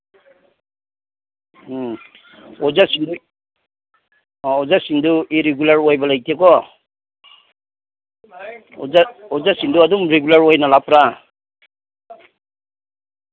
ꯎꯝ ꯑꯣꯖꯥꯁꯤꯡꯗꯨ ꯑꯥ ꯑꯣꯖꯥꯁꯤꯡꯗꯨ ꯏꯔꯤꯒꯨꯂꯔ ꯑꯣꯏꯕ ꯂꯩꯇꯦꯀꯣ ꯑꯣꯖꯥ ꯑꯣꯖꯥꯁꯤꯡꯗꯨ ꯑꯗꯨꯝ ꯔꯤꯒꯨꯂꯔ ꯑꯣꯏꯅ ꯂꯥꯛꯄ꯭ꯔꯥ